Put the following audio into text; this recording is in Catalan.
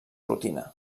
rutina